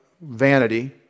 vanity